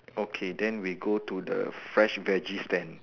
okay then we go to the fresh veggies stand